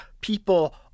people